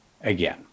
again